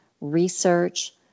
research